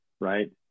Right